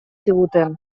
ziguten